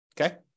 Okay